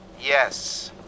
Yes